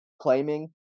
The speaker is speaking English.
claiming